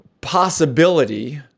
possibility